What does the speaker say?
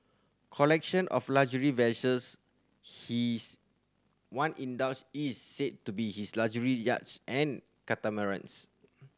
collection of luxury vessels his one indulge is said to be his luxury yacht and catamarans